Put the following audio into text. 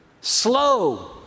slow